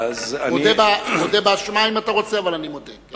אני מודה באשמה, אם אתה רוצה, אבל אני מודה.